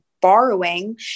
borrowing